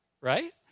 right